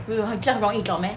没有很这样容易找 meh